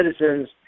citizens